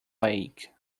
lake